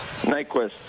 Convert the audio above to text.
Nyquist